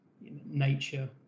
nature